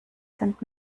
sind